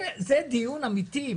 זה דיון אמיתי,